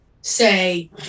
say